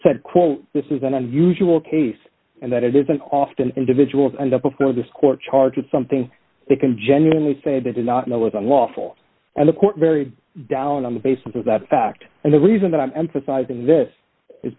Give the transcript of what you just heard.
said quote this is an unusual case and that it isn't often individuals end up before this court charged with something they can genuinely say they did not know was unlawful and the court very down on the basis of that fact and the reason that i'm emphasizing this is